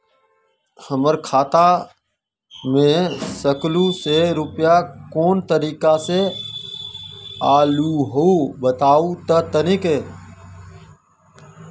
हमर खाता में सकलू से रूपया कोन तारीक के अलऊह बताहु त तनिक?